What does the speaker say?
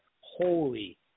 holy